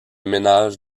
ménage